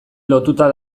lotuta